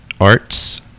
arts